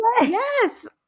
Yes